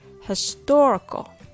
historical